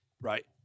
Right